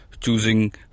Choosing